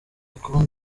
kubona